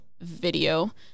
video